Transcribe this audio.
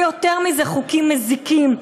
ויותר מזה, חוקים מזיקים.